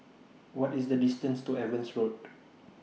What IS The distance to Evans Road